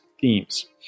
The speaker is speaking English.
themes